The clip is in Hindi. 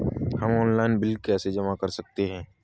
हम ऑनलाइन बिल कैसे जमा कर सकते हैं?